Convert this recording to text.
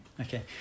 Okay